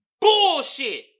bullshit